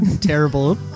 terrible